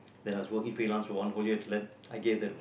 there has probably freelance to one whole year to let I gave that